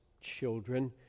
children